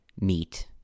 meet